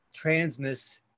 transness